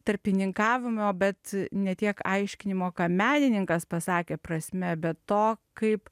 tarpininkavimo bet ne tiek aiškinimo ką menininkas pasakė prasme be to kaip